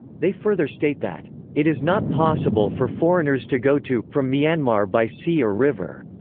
they further state that it is not possible for foreigners to go to from myanmar by sea or river.